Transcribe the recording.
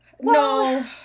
No